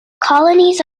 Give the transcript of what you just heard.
colonies